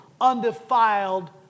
undefiled